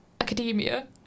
academia